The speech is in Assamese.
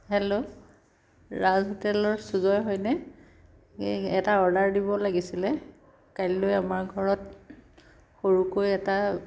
হেল্ল' ৰাজ হোটেলৰ সুজয় হয় নে এটা অৰ্ডাৰ দিব লাগিছিলে কাইলৈ আমাৰ ঘৰত সৰুকৈ এটা